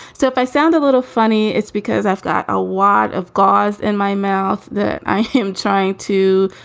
so if i sound a little funny, it's because i've got a lot of gauze in my mouth that i am trying to